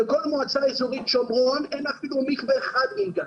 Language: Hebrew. לכל מועצה איזורית שומרון אין אפילו מקווה אחד מונגש.